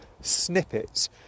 snippets